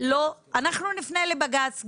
אנחנו נפנה לבג"צ,